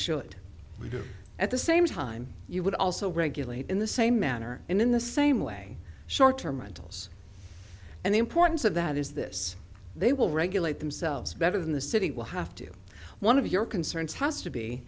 it at the same time you would also regulate in the same manner in the same way short terminals and the importance of that is this they will regulate themselves better than the city will have to do one of your concerns has to be